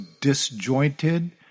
disjointed